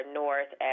north